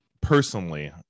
personally